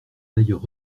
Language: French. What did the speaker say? d’ailleurs